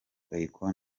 akon